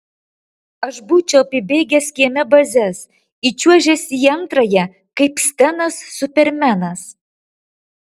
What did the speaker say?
aš būčiau apibėgęs kieme bazes įčiuožęs į antrąją kaip stenas supermenas